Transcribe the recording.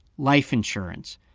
life insurance.